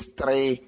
three